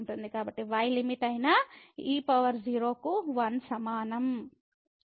కాబట్టి y limit అయిన e0 కు 1 సమానం